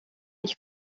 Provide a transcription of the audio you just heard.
ich